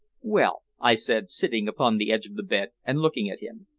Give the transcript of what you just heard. well, i said, sitting upon the edge of the bed and looking at him.